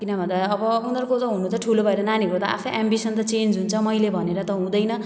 किन भन्दा अब उनीहरूको अब हुनु त ठुलो भएर नानीहरूको त आफैँ एम्बिसन त चेन्ज हुन्छ मैले भनेर त हुँदैन